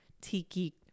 tiki